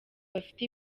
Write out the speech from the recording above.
bafite